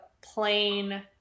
plain